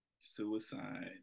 Suicide